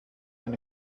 ein